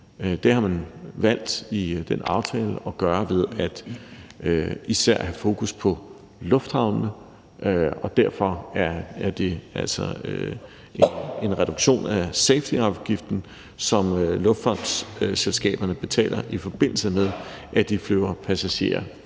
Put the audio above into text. Det har man i den aftale valgt at gøre ved især at have fokus på lufthavnene, og derfor er det altså en reduktion af safetyafgiften, som luftfartsselskaberne betaler, i forbindelse med at de flyver passagerer